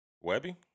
Webby